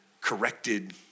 corrected